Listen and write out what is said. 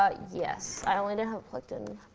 ah yes. i and have it plugged in.